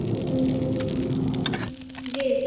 நீங்கள் கேள்